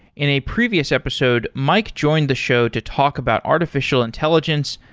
in a previous episode, mike joined the show to talk about artificial intelligence,